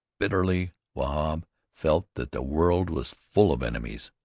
bitterly wahb felt that the world was full of enemies.